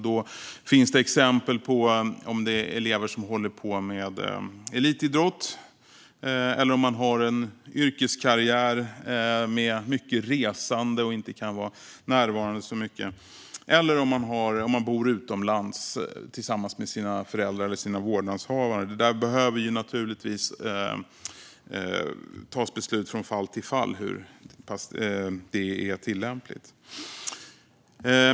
Det kan handla om elever som håller på med elitidrott eller har en yrkeskarriär som innebär mycket resande och därför inte kan vara så mycket närvarande. Det kan också handla om elever som bor utomlands tillsammans med sina föräldrar eller sina vårdnadshavare. Det behöver i sådana fall tas beslut från fall till fall om detta är tillämpligt.